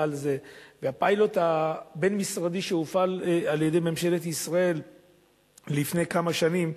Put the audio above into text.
הפיילוט הבין-משרדי שהופעל על-ידי ממשלת ישראל לפני כמה שנים,